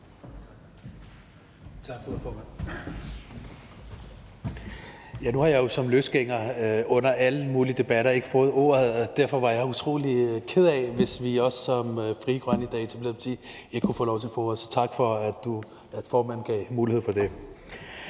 Tak for ordet, formand.